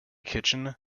kitchen